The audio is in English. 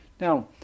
Now